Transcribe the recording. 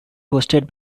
hosted